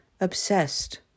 obsessed